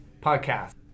podcast